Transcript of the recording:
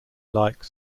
like